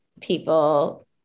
people